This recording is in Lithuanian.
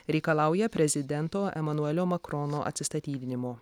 reikalauja prezidento emanuelio makrono atsistatydinimo